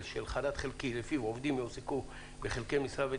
של חל"ת חלקי לפיו עובדים יועסקו בחלקי משרה,